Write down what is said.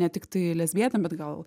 ne tiktai lesbietėm bet gal